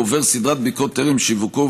הוא עובר סדרת בדיקות טרם שיווקו,